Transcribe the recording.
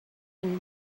been